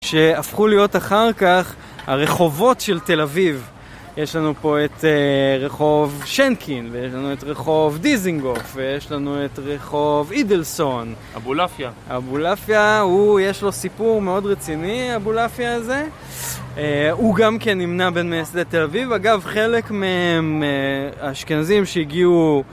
שהפכו להיות אחר כך הרחובות של תל אביב. יש לנו פה את רחוב שנקין, ויש לנו את רחוב דיזינגוף, ויש לנו את רחוב אידלסון. אבולעפיה. אבולעפיה, יש לו סיפור מאוד רציני, אבולעפיה הזה. הוא גם כן נמנה בין מייסדי תל אביב. אגב, חלק מהאשכנזים שהגיעו